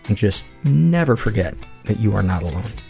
and just never forget that you are not alone,